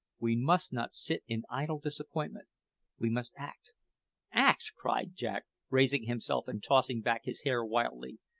we must not sit in idle disappointment we must act act! cried jack, raising himself and tossing back his hair wildly.